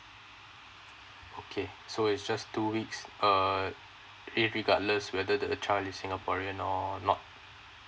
okay so is just two weeks uh if regardless whether the child is singaporean or not